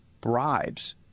bribes